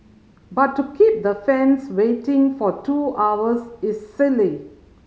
but to keep the fans waiting for two hours is silly